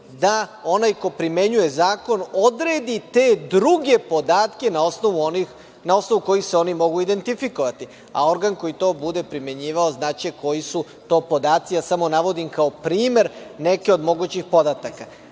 da onaj ko primenjuje zakon odredi te druge podatke na osnovu kojih se oni mogu identifikovati, a organ koji to bude primenjivao znaće koji su to podaci, ja samo navodim kao primer neke od mogućih podataka. Dakle,